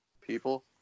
people